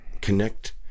connect